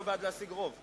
לא בעד להשיג רוב.